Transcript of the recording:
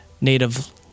native